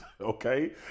Okay